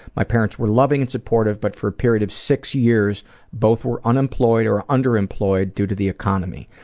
my parents were loving and supportive but for a period of six years both were unemployed or underemployed due to the economy.